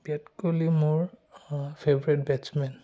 বিৰাট কোহলি মোৰ favourite batsmen